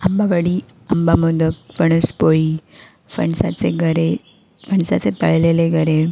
आंबावडी आंबामोदक फणसपोळी फणसाचे गरे फणसाचे तळलेले गरे